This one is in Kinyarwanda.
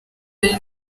ari